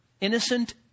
innocent